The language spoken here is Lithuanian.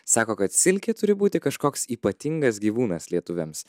sako kad silkė turi būti kažkoks ypatingas gyvūnas lietuviams